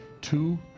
two